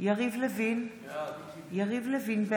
יריב לוין, בעד